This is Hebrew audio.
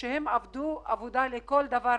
שעבדו בעבודה לכל דבר,